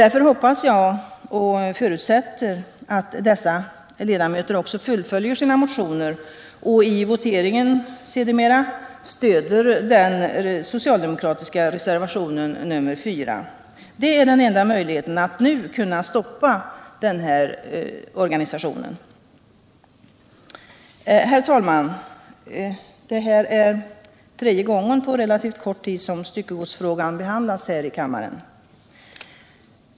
Därför hoppas och förutsätter jag att dessa borgerliga motionärer också fullföljer sina motioner och i den kommande voteringen stöder den socialdemokratiska reservationen nr 4. Det är den enda möjligheten att nu kunna stoppa den här organisationen. Herr talman! Det är nu tredje gången på relativt kort tid som styckegodsfrågan behandlas här i kammaren.